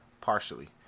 Partially